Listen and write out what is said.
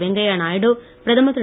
வெங்கையா நாயுடு பிரதமர் திரு